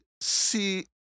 see